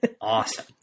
awesome